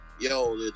yo